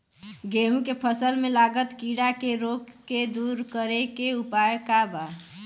गेहूँ के फसल में लागल कीड़ा के रोग के दूर करे के उपाय का बा?